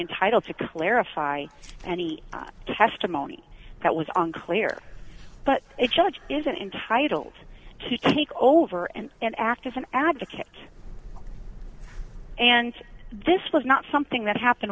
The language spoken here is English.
entitled to clarify any testimony that was on clear but it judge isn't entitled to take over and and act as an advocate and this was not something that happened